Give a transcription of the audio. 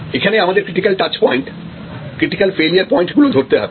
এখানে আমাদের critical touch point critical failure point গুলো ধরতে হবে